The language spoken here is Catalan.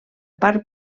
part